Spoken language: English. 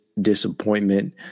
disappointment